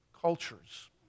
cultures